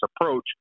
approach